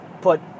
put